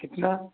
कितना